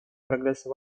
прогресса